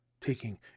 taking